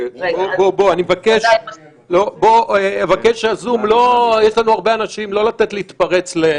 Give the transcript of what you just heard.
בזום יש לנו הרבה אנשים, לא להתפרץ.